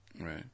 Right